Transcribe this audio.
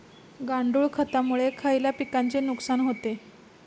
गांडूळ खतामुळे खयल्या पिकांचे नुकसान होते?